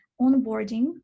onboarding